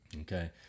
Okay